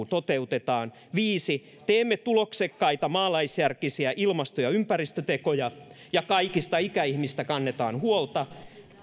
toteutetaan viisi teemme tuloksekkaita maalaisjärkisiä ilmasto ja ympäristötekoja ja kaikista ikäihmisistä kannetaan huolta